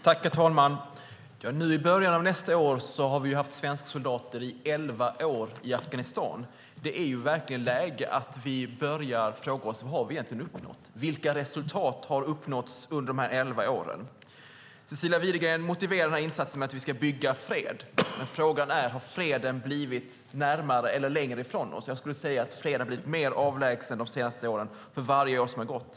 Herr talman! I början av nästa år har vi haft svenska soldater i Afghanistan i elva år. Det är verkligen läge att vi börjar fråga oss vad vi egentligen har uppnått. Vilka resultat har uppnåtts under dessa elva år? Cecilia Widegren motiverade denna insats med att vi ska bygga fred. Men frågan är om freden har kommit närmare eller längre ifrån oss. Jag skulle nog säga att freden har blivit mer avlägsen under de senaste åren för varje år som har gått.